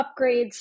upgrades